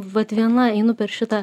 vat viena einu per šitą